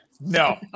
no